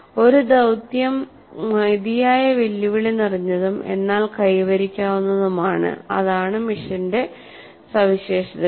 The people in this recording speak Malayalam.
ഒരു ദൌത്യം മതിയായ വെല്ലുവിളി നിറഞ്ഞതും എന്നാൽ കൈവരിക്കാവുന്നതുമാണ് അതാണ് മിഷന്റെ സവിശേഷതകൾ